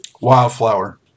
Wildflower